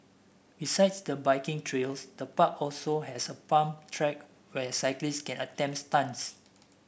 besides the biking trails the park also has a pump track where cyclists can attempt stunts